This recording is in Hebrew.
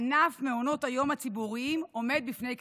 ענף מעונות היום הציבוריים עומד בפני קריסה,